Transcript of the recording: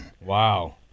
Wow